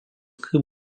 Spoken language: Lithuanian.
kaip